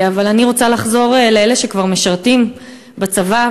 אבל אני רוצה לחזור לאלה שכבר משרתים בצבא,